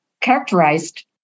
characterized